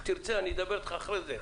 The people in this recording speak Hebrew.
אם תרצה, אני אדבר איתך אחרי זה.